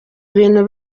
ibintu